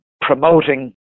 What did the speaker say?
promoting